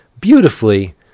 beautifully